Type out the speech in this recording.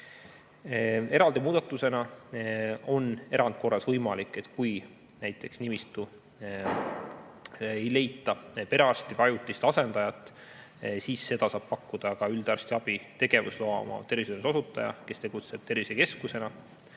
Eraldi muudatuse alusel on erandkorras võimalik, et kui näiteks nimistule ei leita perearsti ega ajutist asendajat, siis seda saab teenindada ka üldarstiabi tegevusloaga tervishoiuteenuse osutaja, kes tegutseb tervisekeskusena.